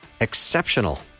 Exceptional